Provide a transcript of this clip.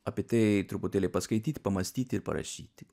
apie tai truputėlį paskaityt pamąstyti ir parašyti